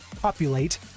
populate